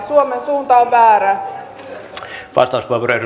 suomen suunta on väärä